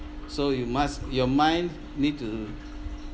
so you must your mind need to